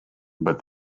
but